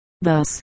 Thus